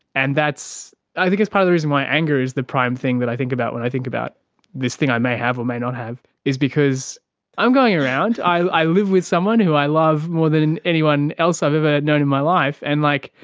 and i think it's part of the reason why anger is the prime thing that i think about when i think about this thing i may have or may not have is because i'm going around, i i live with someone who i love more than anyone else i've ever known in my life and, like,